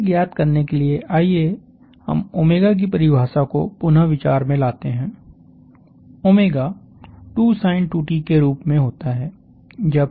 इसे ज्ञात करने के लिए आइए हम की परिभाषा को पुनः विचार में लाते है 2 sin के रूप में होता है